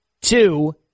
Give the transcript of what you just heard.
Two